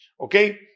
Okay